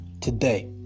today